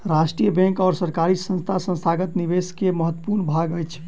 राष्ट्रीय बैंक और सरकारी संस्थान संस्थागत निवेशक के महत्वपूर्ण भाग अछि